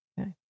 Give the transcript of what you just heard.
Okay